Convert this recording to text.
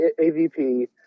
AVP